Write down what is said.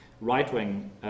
right-wing